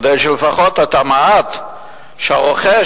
כדי שלפחות את המעט שהרוכש,